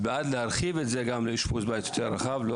בעד להרחיב את זה גם לאשפוז בית יותר רחב לא